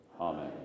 Amen